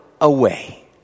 away